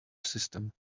system